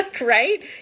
right